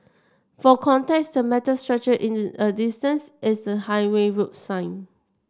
for context the metal structure in the a distance is a highway road sign